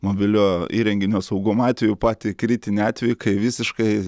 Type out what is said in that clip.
mobilio įrenginio saugumo atveju patį kritinį atvejį kai visiškai